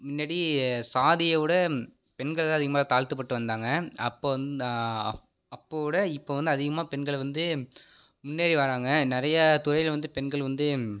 முன்னடி சாதியவிட பெண்கள் தான் அதிகமாக தாழ்த்தப்பட்டு வந்தாங்க அப்போது வந் அப்போவிட இப்போ வந்து அதிகமா பெண்கள் வந்து முன்னேறி வராங்க நிறையா துறையில் வந்து பெண்கள் வந்து